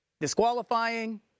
disqualifying